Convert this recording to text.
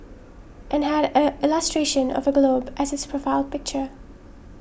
and had a illustration of a globe as its profile picture